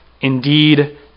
indeed